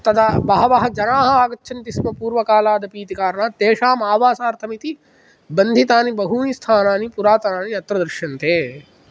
तदा बहवः जनाः आगच्छन्ति स्म पूर्वकालादपि इति कारणात् तेषाम् आवासार्थमिति बन्धितानि बहूनि स्थानानि पुरातनानि अत्र दृश्यन्ते